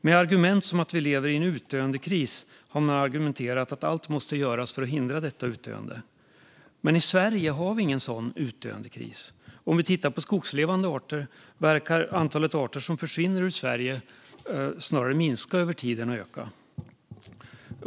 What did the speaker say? Med argument som att vi lever i en utdöendekris har man hävdat att allt måste göras för att hindra detta utdöende. Men i Sverige råder ingen sådan utdöendekris. Om vi tittar på skogslevande arter verkar antalet arter som försvinner ur Sverige snarare minska över tiden, inte öka.